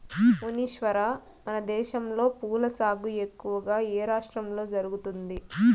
మునీశ్వర, మనదేశంలో పూల సాగు ఎక్కువగా ఏ రాష్ట్రంలో జరుగుతుంది